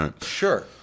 Sure